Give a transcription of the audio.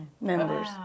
members